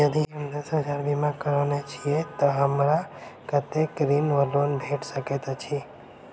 यदि हम दस हजार केँ बीमा करौने छीयै तऽ हमरा कत्तेक ऋण वा लोन भेट सकैत अछि?